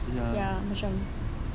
ya macam